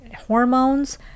hormones